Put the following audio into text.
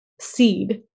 seed